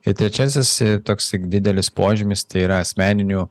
ir trečiasis toks didelis požymis tai yra asmeninių